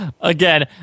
Again